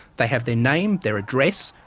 they have their name, their address,